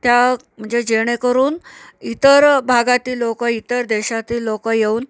त्या म्हणजे जेणेकरून इतर भागातील लोक इतर देशातील लोक येऊन